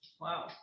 Wow